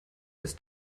ist